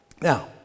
Now